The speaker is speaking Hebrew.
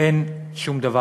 אין שום דבר.